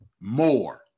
more